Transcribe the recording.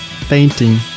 painting